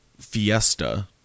fiesta